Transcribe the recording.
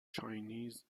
chinese